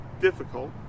difficult